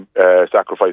sacrifice